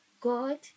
God